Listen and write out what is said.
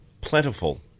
plentiful